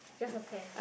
just a pear